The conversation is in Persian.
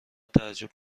تعجب